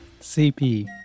CP